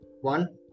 one